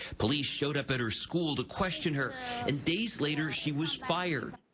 police showed up at her school to question her and days later, she was fired.